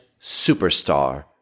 superstar